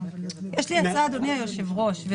יש לי הצעה, אדוני היושב ראש.